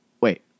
Wait